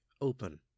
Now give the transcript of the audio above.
open